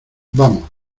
vamos